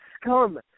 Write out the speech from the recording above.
scum